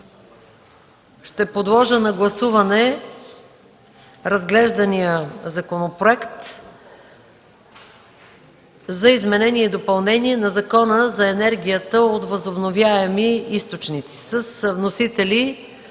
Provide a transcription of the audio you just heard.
ще подложа на гласуване разглеждания Законопроект за изменение и допълнение на Закона за енергията от възобновяеми източници с вносители